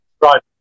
Right